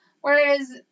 whereas